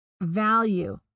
value